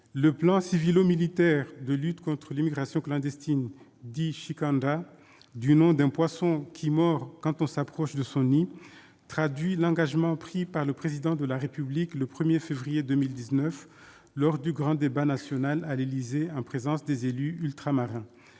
Le plan civilo-militaire de lutte contre l'immigration clandestine, dit « Shikandra », du nom d'un poisson qui mord quand on s'approche de son nid, traduit l'engagement pris par le Président de la République le 1 février 2019, lors du grand débat national à l'Élysée en présence des élus ultramarins.